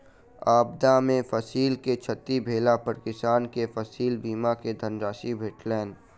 आपदा में फसिल के क्षति भेला पर किसान के फसिल बीमा के राशि भेटलैन